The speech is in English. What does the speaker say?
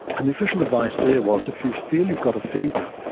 and the official advice there was, if you feel you've got a fever,